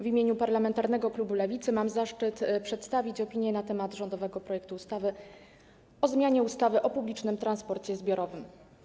W imieniu parlamentarnego klubu Lewicy mam zaszczyt przedstawić opinię na temat rządowego projektu ustawy o zmianie ustawy o publicznym transporcie zbiorowym.